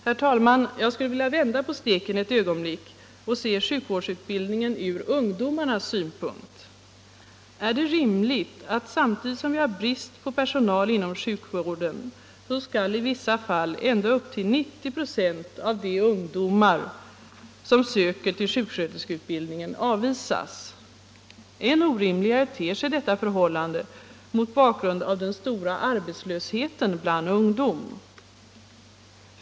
Herr talman! Jag skulle vilja vända på steken ett ögonblick och se sjukvårdsutbildningen från ungdomarnas synpunkt. Är det rimligt att samtidigt som vi har brist på personal inom sjukvården, så skall i vissa fall ända upp till 90 96 av de ungdomar som söker till sjuksköterskeutbildningen avvisas? Än orimligare ter sig detta förhållande mot bakgrund av den stora arbetslösheten bland ungdom.